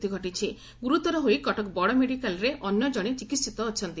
ଅନ୍ୟ ଜଶେ ଗୁରୁତର ହୋଇ କଟକ ବଡ଼ମେଡ଼ିକାଲରେ ଅନ୍ୟ ଜଣେ ଚିକିିିତ ଅଛନ୍ତି